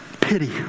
pity